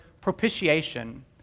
propitiation